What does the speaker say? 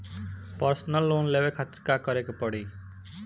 Personal loan लेवे खातिर का करे के पड़ी?